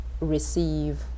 receive